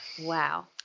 Wow